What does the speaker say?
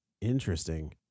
Interesting